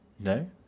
No